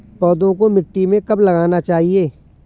पौधें को मिट्टी में कब लगाना चाहिए?